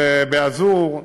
ובאזור,